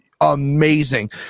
amazing